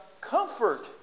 comfort